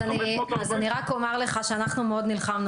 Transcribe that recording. אז אני רק אומר לך שאנחנו מאוד נלחמנו